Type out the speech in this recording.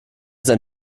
sein